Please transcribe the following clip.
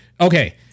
Okay